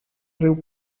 riu